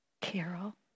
Carol